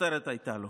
כותרת הייתה לו,